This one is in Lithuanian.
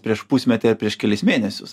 prieš pusmetį ar prieš kelis mėnesius